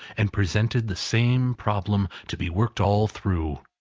and presented the same problem to be worked all through,